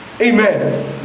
Amen